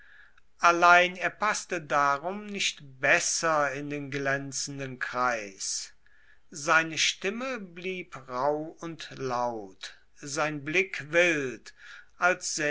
allein er paßte darum nicht besser in den glänzenden kreis seine stimme blieb rauh und laut sein blick wild als